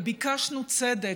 וביקשנו צדק.